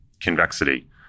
convexity